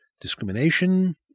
discrimination